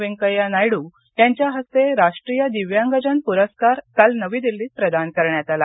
वेंकय्या नायड्र यांच्या हस्ते राष्ट्रीय दिव्यांगजन प्रस्कार काल नवी दिल्लीत प्रदान करण्यात आला